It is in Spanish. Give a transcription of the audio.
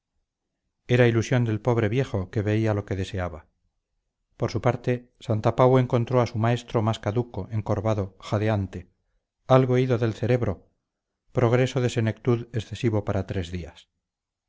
era ilusión del pobre viejo que veía lo que deseaba por su parte santapau encontró a su maestro más caduco encorvado jadeante algo ido del cerebro progreso de senectud excesivo para tres días